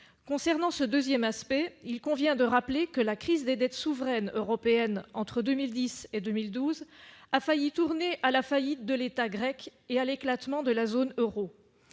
concernant ce 2ème aspect, il convient de rappeler que la crise des dettes souveraines européennes entre 2010 et 2012 a failli tourner à la faillite de l'État grec et à l'éclatement de la zone Euro,